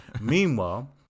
meanwhile